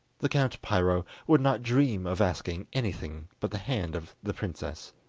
the count piro would not dream of asking anything but the hand of the princess